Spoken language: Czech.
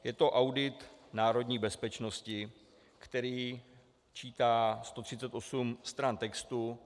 Je to audit národní bezpečnosti, který čítá 138 stran textu.